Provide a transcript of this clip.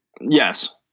Yes